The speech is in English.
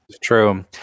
True